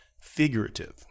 figurative